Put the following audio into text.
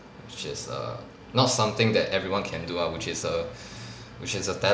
which is err not something that everyone can do ah which is a which is a